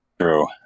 true